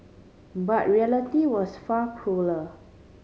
but reality was far crueller